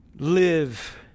live